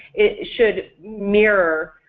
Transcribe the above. it should mirror